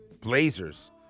Blazers